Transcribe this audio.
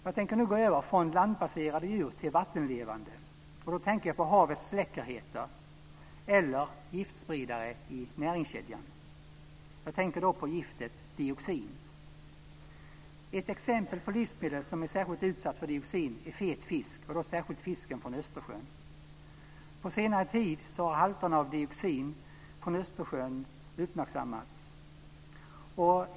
Jag tänker nu gå över från landbaserade djur till vattenlevande, havets läckerheter eller giftspridare i näringskedjan. Jag tänker då på giftet dioxin. Ett exempel på livsmedel som är särskilt utsatt för dioxin är fet fisk och då särskilt fisken från Östersjön. På senare tid har halterna av dioxin i fisk från Östersjön uppmärksammats.